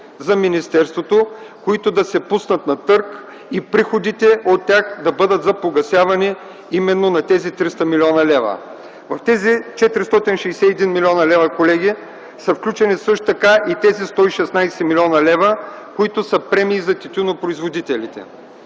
за министерството, които да се пуснат на търг и приходите от тях да бъдат за погасяване именно на тези 300 млн. лв. В тези 461 млн. лв., колеги, са включени и тези 116 млн. лв., които са премии за тютюнопроизводителите.